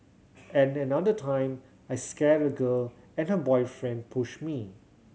and another time I scared a girl and her boyfriend pushed me